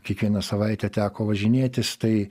kiekvieną savaitę teko važinėtis tai